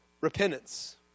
Repentance